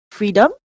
freedom